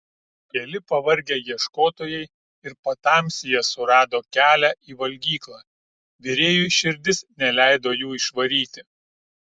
keli pavargę ieškotojai ir patamsyje surado kelią į valgyklą virėjui širdis neleido jų išvaryti